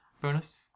bonus